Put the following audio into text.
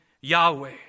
Yahweh